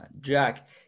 Jack